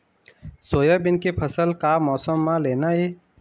Soybean के फसल का मौसम म लेना ये?